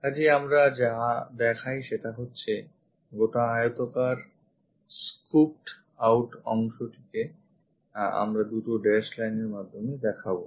কাজেই আমরা যা দেখাই সেটা হচ্ছে গোটা আয়তাকার scooped out অংশটিকে আমরা দুটি dashed line এর মাধ্যমে দেখাবো